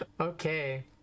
Okay